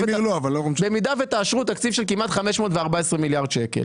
במידה שתאשרו תקציב של כמעט 514 מיליארד שקל